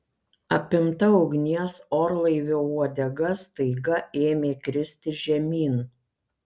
apimta ugnies orlaivio uodega staiga ėmė kristi žemyn